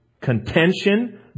contention